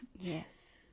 Yes